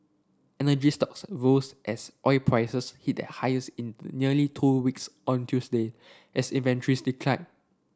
energy stocks rose as oil prices hit their highest in nearly two weeks on Tuesday as inventories declined